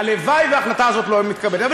הלוואי שההחלטה הזאת לא הייתה מתקבלת.